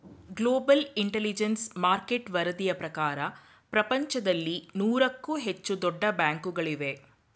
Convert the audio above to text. global intelligence market ವರದಿಯ ಪ್ರಕಾರ ಪ್ರಪಂಚದಲ್ಲಿ ನೂರಕ್ಕೂ ಹೆಚ್ಚು ದೊಡ್ಡ ಬ್ಯಾಂಕುಗಳಿವೆ